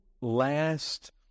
last